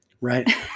Right